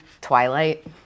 Twilight